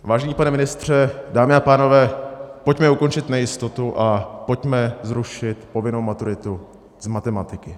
Vážený pane ministře, dámy a pánové, pojďme ukončit nejistotu a pojďme zrušit povinnou maturitu z matematiky.